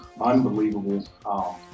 unbelievable